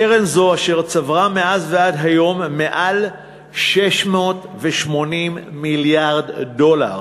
קרן זאת צברה מאז ועד היום למעלה מ-680 מיליארד דולר